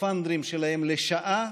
בסקפנדרים שלהם לשעה,